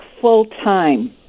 full-time